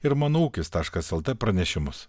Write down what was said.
ir mano ūkis taškas lt pranešimus